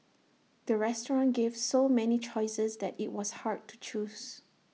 the restaurant gave so many choices that IT was hard to choose